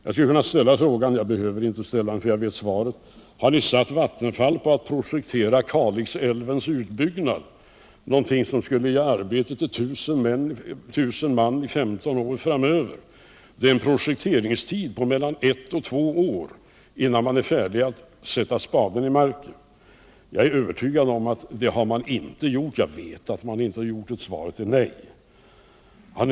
Jag skulle vilja ställa frågan — jag behövde inte göra det, eftersom jag vet svaret — om ni har gett Vattenfall i uppdrag att projektera Kalixälvens utbyggnad, något som skulle ge arbete åt 1000 man under 15 år framöver. Det är en projekteringstid på ett-två år innan man är färdig att sätta spaden i marken. Jag är övertygad om att man inte har gjort det — ja, jag vet att man inte har gjort det. Svaret är sålunda nej.